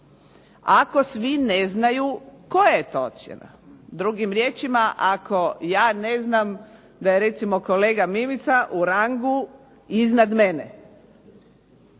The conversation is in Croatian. ako svi ne znaju koja je to ocjena. Drugim riječima, ako ja ne znam da je recimo kolega Mimica u rangu iznad mene.